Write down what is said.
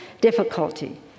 difficulty